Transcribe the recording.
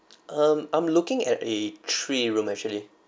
um I'm looking at a three room actually